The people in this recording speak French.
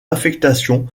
affectation